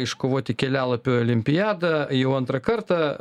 iškovoti kelialapių į olimpiadą jau antrą kartą